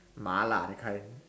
mala that kind